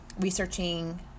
researching